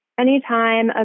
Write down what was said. anytime